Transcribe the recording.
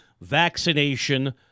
vaccination